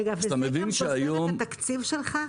רגע, וזה גם גוזר את התקציב שלך?